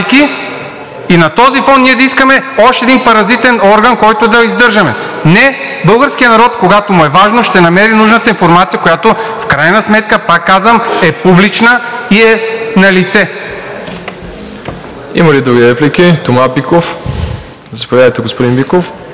и на този фон ние да искаме още един паразитен орган, който да издържаме. Не, българският народ, когато му е важно, ще намери нужната информация, която в крайна сметка, пак казвам, е публична и е налице.